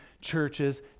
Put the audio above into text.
churches